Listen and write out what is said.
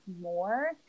more